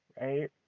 right